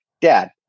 dad